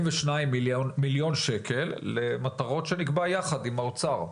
ושניים מיליון שקל למטרות שנקבע יחד עם האוצר.